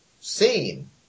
seen